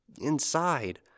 inside